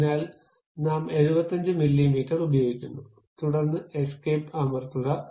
അതിനാൽ നാം 75 മില്ലിമീറ്റർ ഉപയോഗിക്കുന്നു തുടർന്ന് എസ്കേപ്പ് അമർത്തുക